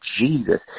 Jesus